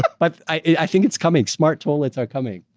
but i think it's coming. smart toilets are coming.